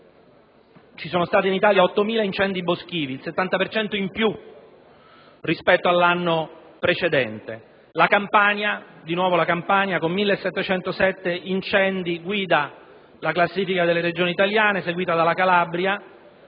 ci sono stati in Italia circa 8.000 incendi boschivi, il 70 per cento in più rispetto all'anno precedente. È nuovamente la Campania, con 1.707 incendi, a guidare la classifica delle regioni italiane, seguita dalla Calabria